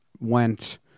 Went